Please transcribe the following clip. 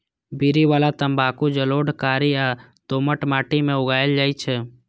बीड़ी बला तंबाकू जलोढ़, कारी आ दोमट माटि मे उगायल जाइ छै